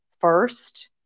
first